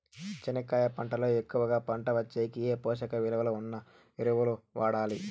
చెనక్కాయ పంట లో ఎక్కువగా పంట వచ్చేకి ఏ పోషక విలువలు ఉన్న ఎరువులు వాడాలి?